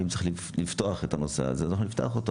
ואם צריך לפתוח את הנושא הזה אז אנחנו נפתח אותו.